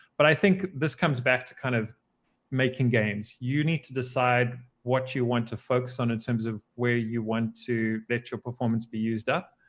but i think this comes back to kind of making games. you need to decide what you want to focus on in terms of where you want to let your performance be used up.